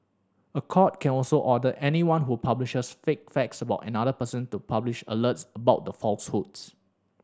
a court can also order anyone who publishes false facts about another person to publish alerts about the falsehoods